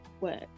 work